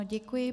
Děkuji.